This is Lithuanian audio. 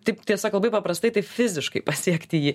taip tiesiog labai paprastai taip fiziškai pasiekti jį